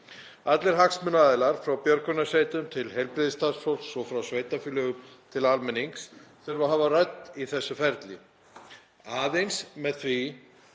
Allir hagsmunaaðilar, frá björgunarsveitum til heilbrigðisstarfsfólks og frá sveitarfélögum til almennings, þurfa að hafa rödd í þessu ferli. Aðeins með því